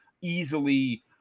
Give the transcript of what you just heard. easily